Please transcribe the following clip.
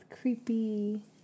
creepy